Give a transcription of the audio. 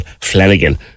Flanagan